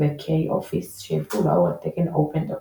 ו־KOffice שהביאו לאור את תקן OpenDocument.